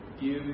give